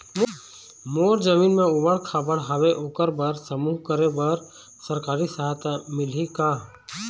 मोर जमीन म ऊबड़ खाबड़ हावे ओकर बर समूह करे बर सरकारी सहायता मिलही का?